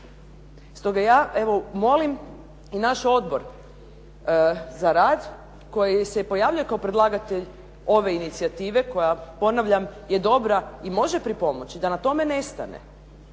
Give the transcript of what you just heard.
Stoga ja evo molim i naš Odbor za rad koji se pojavljuje kao predlagatelj ove inicijative koja je ponavljam je dobra i može pripomoći, da na tome ne stane.